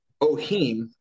ohim